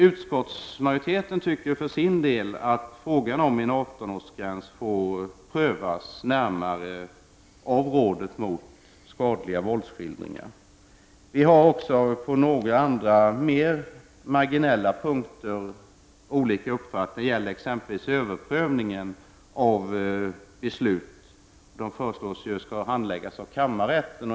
Utskottsmajoriteten tycker för sin del att frågan om en åldersgräns på 18 år får närmare prövas av rådet mot skadliga våldsskildringar. Vi har också på några andra mer marginella punkter olika uppfattningar. Det gäller exempelvis överprövningar av beslut. Det föreslås att de skall handläggas av kammarrätten.